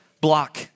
block